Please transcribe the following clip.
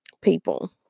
people